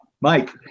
Mike